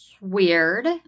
Weird